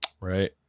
right